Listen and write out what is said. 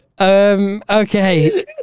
okay